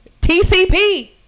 TCP